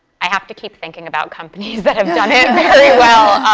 i have to keep thinking about companies that have done it very well.